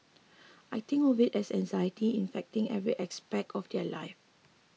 I think of it as anxiety infecting every aspect of their lives